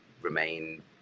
remain